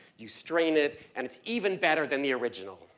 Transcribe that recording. you strain it. and it's even better than the original.